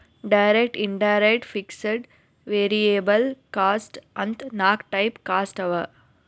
direct, indirect, fixed, variable cost ಅಂತ್ ನಾಕ್ type cost ಅವಾ